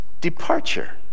departure